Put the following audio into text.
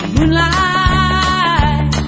Moonlight